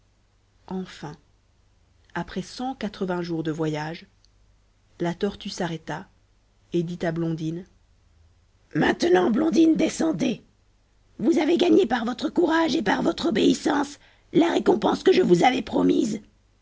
enfin après cent quatre-vingts jours de voyage la tortue s'arrêta et dit à blondine maintenant blondine descendez vous avez gagné par votre courage et votre obéissance la récompense que je vous avais promise